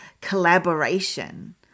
collaboration